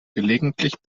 gelegentlich